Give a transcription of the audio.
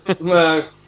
No